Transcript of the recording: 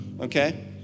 Okay